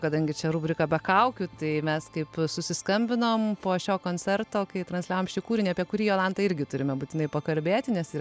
kadangi čia rubrika be kaukių tai mes kaip susiskambinom po šio koncerto kai transliavom šį kūrinį apie kurį jolanta irgi turime būtinai pakalbėti nes yra